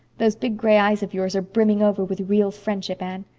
those big gray eyes of yours are brimming over with real friendship, anne.